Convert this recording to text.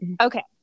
okay